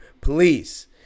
please